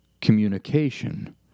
Communication